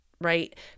right